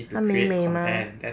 他美美 mah